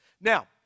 Now